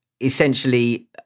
essentially